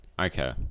Okay